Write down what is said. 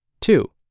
Two